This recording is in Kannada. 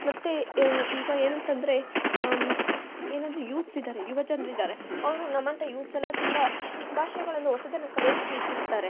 ಮತ್ತೆ ಈಗ ಏನಂತಂದರೆ ಏನೆಂದರೆ ಯೂತ್ಸಿದ್ದಾರೆ ಯುವ ಜನರಿದ್ದಾರೆ ಅವರು ನಮ್ಮಂಥ ಯೂತ್ಸೆಲ್ಲ ತುಂಬ ಭಾಷೆಗಳನ್ನು ಹೊಸದನ್ನು ಕಲಿಯೋದಕ್ಕೆ ಇಚ್ಛಿಸ್ತಾರೆ ಆಗ